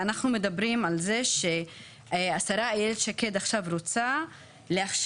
אנחנו מדברים על זה שהשרה אילת שקד רוצה עכשיו להכשיר,